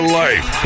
life